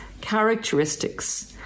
characteristics